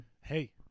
Hey